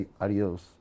adios